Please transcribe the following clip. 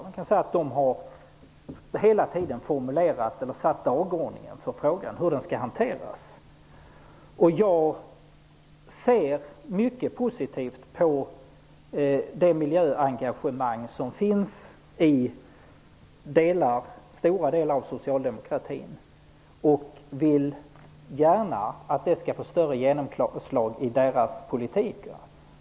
Men kan säga att de hela tiden har satt dagordningen för hur frågan skall hanteras. Jag ser mycket positivt på det miljöengagemang som finns inom stora delar av socialdemokratin, och jag vill gärna att det får större genomslag i deras politik.